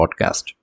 podcast